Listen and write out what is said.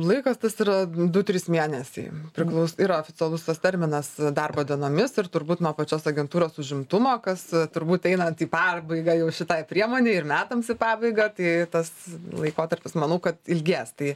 laikas tas yra du trys mėnesiai priklaus yra oficialus tas terminas darbo dienomis ir turbūt nuo pačios agentūros užimtumo kas turbūt einant į pabaigą jau šitai priemonei ir metams į pabaigą tai tas laikotarpis manau kad ilgės tai